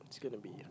it's gonna be